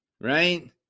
right